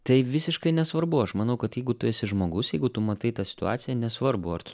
tai visiškai nesvarbu aš manau kad jeigu tu esi žmogus jeigu tu matai tą situaciją nesvarbu ar tu